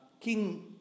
king